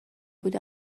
بود